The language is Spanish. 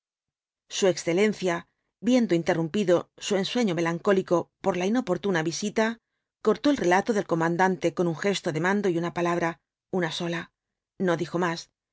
su excelencia viendo interrumpido su ensueño melancólico por la inoportuna visita cortó el relato del comandante con un gesto de mando y una palabra una sola no dijo más